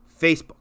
Facebook